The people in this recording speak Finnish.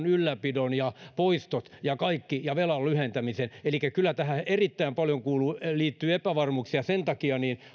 ylläpidon ja poistot ja velan lyhentämisen ja kaikki elikkä kyllä tähän erittäin paljon liittyy epävarmuuksia ja sen takia